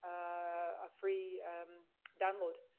a free download,